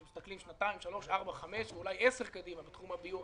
כשמסתכלים שנתיים-שלוש-ארבע ואולי עשר שנים קדימה בתחום הדיור,